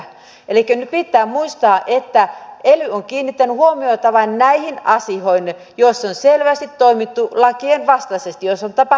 elikkä nyt pitää muistaa että ely on kiinnittänyt huomiota vain näihin asioihin joissa on selvästi toimittu lakien vastaisesti joissa on tapahtunut virhe